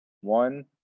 One